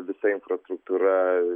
visa infrastruktūra